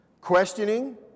questioning